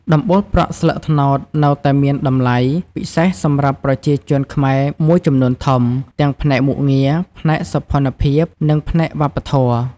ដំបូលប្រក់ស្លឹកត្នោតនៅតែមានតម្លៃពិសេសសម្រាប់ប្រជាជនខ្មែរមួយចំនួនធំ ទាំងផ្នែកមុខងារ ផ្នែកសោភ័ណភាព និងផ្នែកវប្បធម៌។